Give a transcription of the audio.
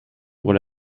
pour